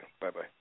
Bye-bye